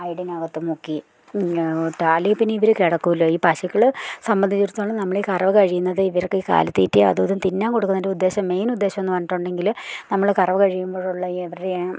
അയഡിനകത്തു മുക്കി ഇങ്ങ് ടാലി പിന്നെ ഇവർ കിടക്കുമല്ലോ ഈ പശുക്കൾ സംബന്ധിച്ചിടത്തോളം നമ്മളീ കറവ കഴിയുന്നത് ഇവർക്ക് കാലിത്തീറ്റയതു ഇതും തിന്നാൻ കൊടുക്കുന്നതിൻ്റ ഉദ്ദേശം മെയിനുദ്ദേശമെന്നു പറഞ്ഞിട്ടുണ്ടെങ്കിൽ നമ്മൾ കറവ കഴിയുമ്പോഴുള്ള ഈ ഇവരുടെ